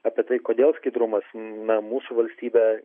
apie tai kodėl skaidrumas na mūsų valstybę